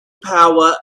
power